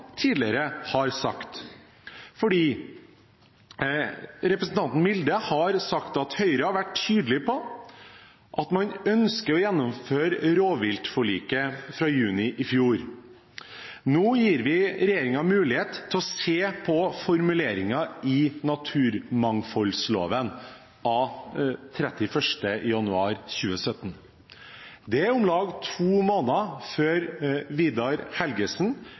tidligere har sagt. Representanten Milde har sagt at Høyre har vært tydelig på at man ønsker å gjennomføre rovviltforliket fra juni i fjor, og at man nå gir regjeringen mulighet til å se på formuleringene i naturmangfoldloven av 31. januar 2017. Det er om lag to måneder før Vidar Helgesen